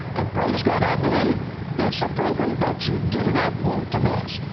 and, praise god, i believe it's a program that you do not want to miss.